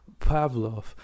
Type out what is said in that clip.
Pavlov